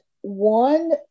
one